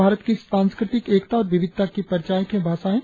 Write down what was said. भारत की सांस्कृतिक एकता और विविधता की परिचायक है भाषाएं